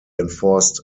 enforced